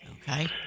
Okay